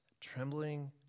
Trembling